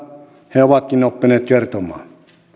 he ovatkin oppineet kertomaan